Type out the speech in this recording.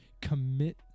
Commit